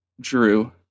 Drew